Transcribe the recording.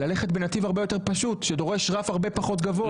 ללכת בנתיב הרבה יותר פשוט שדורש רף הרבה פחות גבוה.